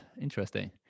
Interesting